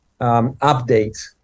update